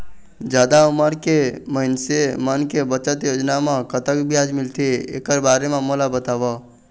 जादा उमर के मइनसे मन के बचत योजना म कतक ब्याज मिलथे एकर बारे म मोला बताव?